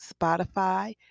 Spotify